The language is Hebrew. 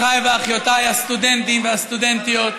אחיי ואחיותיי הסטודנטים והסטודנטיות,